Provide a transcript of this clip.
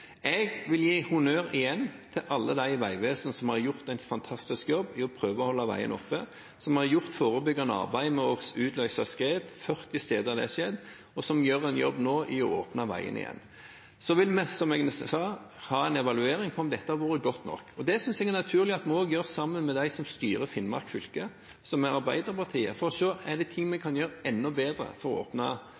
Jeg vil gi honnør igjen til alle dem i Vegvesenet som har gjort en fantastisk jobb for å prøve å holde veiene oppe, som har gjort forebyggende arbeid med å utløse skred – 40 steder har det skjedd – og som nå gjør en jobb for å åpne veiene igjen. Vi vil, som jeg sa, ha en evaluering av om dette har vært godt nok. Det synes jeg er naturlig at vi også gjør sammen med dem som styrer Finnmark fylke, som er Arbeiderpartiet, for å se om det er noe vi kan gjøre enda bedre både for å